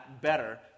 better